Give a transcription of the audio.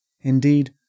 Indeed